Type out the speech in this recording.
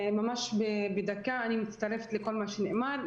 אני מצטרפת לכל מה שנאמר.